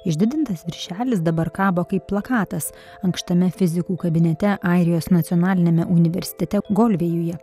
išdidintas viršelis dabar kabo kaip plakatas ankštame fizikų kabinete airijos nacionaliniame universitete golvėjuje